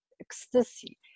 ecstasy